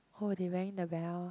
hor they rang the bell